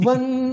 One